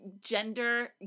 gender